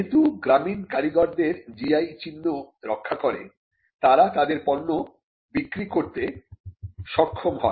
যেহেতু গ্রামীণ কারিগরদের GI চিহ্ন রক্ষা করে তারা তাদের পণ্য বিক্রি করতে সক্ষম হয়